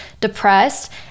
depressed